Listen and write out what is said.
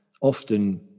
often